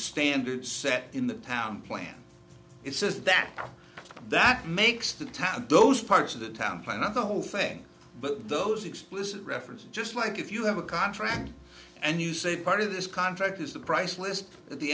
standards set in the town plan it says that that makes the time those parts of the town plan whole thing but those explicit reference just like if you have a contract and you say part of this contract is the price list at the